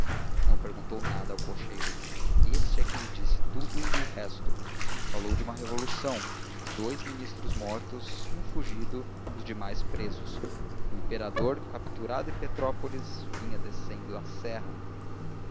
não perguntou nada ao cocheiro este é que lhe disse tudo e o resto falou de uma revolução de dous ministros mortos um fugido os demais presos o imperador capturado em petrópolis vinha descendo a serra